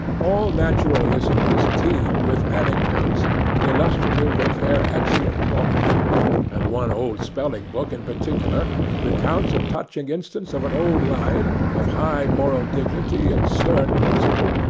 all natural histories teem with anecdotes illustrative of their excellent qualities and one old spelling-book in particular recounts a touching instance of an old lion, of high moral dignity and stern principle,